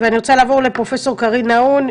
אני רוצה לעבור לפרופסור קרין נהון,